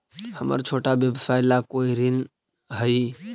हमर छोटा व्यवसाय ला कोई ऋण हई?